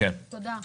תודה.